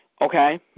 okay